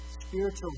Spiritual